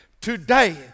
today